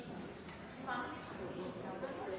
stand